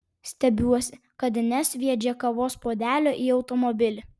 stebiuosi kad nesviedžia kavos puodelio į automobilį